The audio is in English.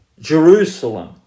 Jerusalem